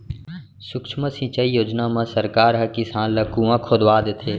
सुक्ष्म सिंचई योजना म सरकार ह किसान ल कुँआ खोदवा देथे